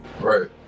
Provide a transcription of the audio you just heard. right